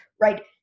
right